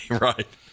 Right